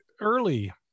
early